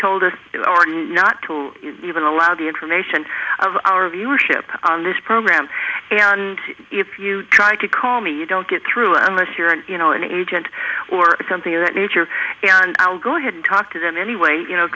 told us not to even allow the information of our viewership on this program and if you try to call me you don't get through unless you're an you know an agent or something of that nature and i'll go ahead and talk to them anyway you know